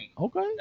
Okay